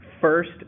first